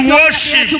worship